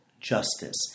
justice